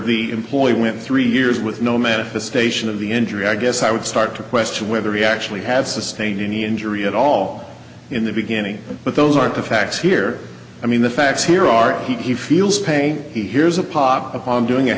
the employee went three years with no manifestation of the injury i guess i would start to question whether he actually had sustained any injury at all in the beginning but those aren't the facts here i mean the facts here are he feels pain he hears a pop upon doing a